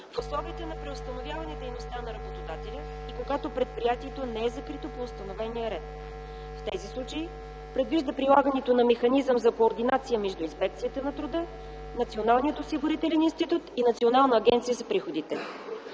в случаите на преустановяване дейността на работодателя и когато предприятието не е закрито по установения ред. В тези случай се предвижда прилагането на механизъм за координация между Инспекцията по труда, Националния осигурителен институт и Националната агенция за приходите.